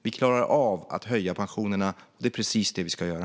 Vi klarar av att höja pensionerna, och det är precis detta vi ska göra.